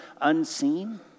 unseen